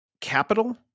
Capital